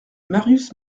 marius